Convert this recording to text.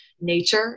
nature